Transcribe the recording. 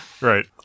Right